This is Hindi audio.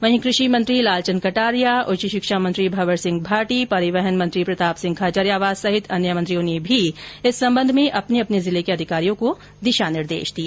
वहीं कृषि मंत्री लालचन्द कटारिया उच्च शिक्षा मंत्री भंवर सिंह भाटी परिवहन मंत्री प्रतापसिंह खाचरियावास सहित अन्य मंत्रियों ने भी इस संबंध में अपने अपने जिले के अधिकारियों को दिशा निर्देश दिए